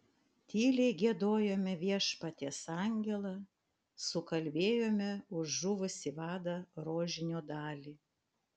tyliai giedojome viešpaties angelą sukalbėjome už žuvusį vadą rožinio dalį